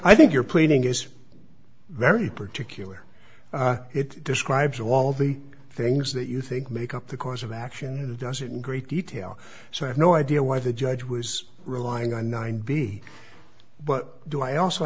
i think you're planing is very particular it describes all the things that you think make up the course of action and doesn't great detail so i have no idea why the judge was relying on nine b but do i also